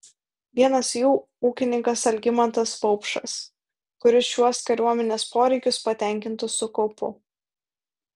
vienas jų ūkininkas algimantas vaupšas kuris šiuos kariuomenės poreikius patenkintų su kaupu